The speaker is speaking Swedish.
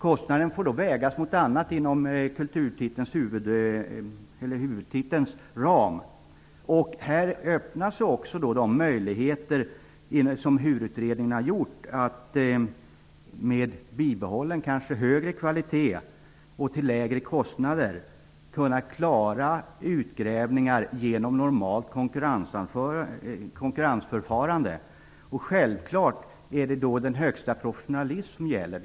Kostnaden får då vägas mot annat inom huvudtitelns ram, och här öppnas också de möjligheter som HUR-utredningen har visat på, att med bibehållen -- kanske högre -- kvalitet och till lägre kostnader kunna klara utgrävningar genom normalt konkurrensförfarande. Självfallet är det då den högsta professionalism som gäller.